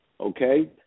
Okay